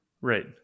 Right